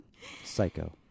Psycho